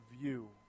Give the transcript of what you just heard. view